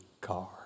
car